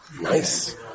nice